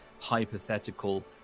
hypothetical